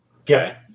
Okay